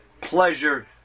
pleasure